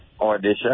audition